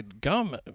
gum